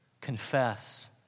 confess